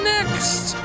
Next